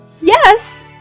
Yes